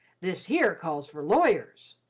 this here calls for lawyers.